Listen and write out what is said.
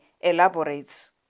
elaborates